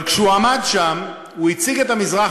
אבל כשהוא עמד שם הוא הציג את המזרח